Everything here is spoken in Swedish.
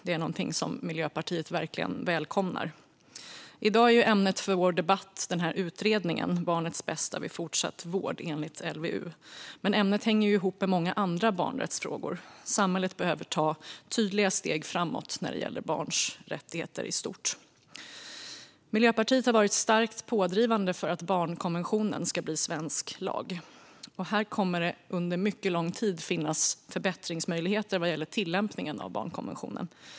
Det är något Miljöpartiet verkligen välkomnar. I dag är ämnet för vår debatt utredningen om barnets bästa vid fortsatt vård enligt LVU. Ämnet hänger dock ihop med många andra barnrättsfrågor. Samhället behöver ta tydliga steg framåt när det gäller barns rättigheter i stort. Miljöpartiet har varit starkt pådrivande för att barnkonvention ska bli svensk lag. Här kommer under lång tid att finnas förbättringsmöjligheter vad gäller tillämpningen av barnkonventionen.